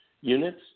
units